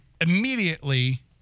immediately